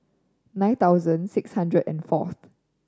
nine thousand six hundred and four